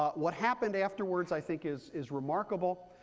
ah what happened afterwards, i think, is is remarkable.